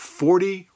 forty